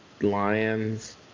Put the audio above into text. Lions